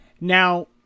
Now